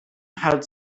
had